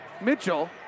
Mitchell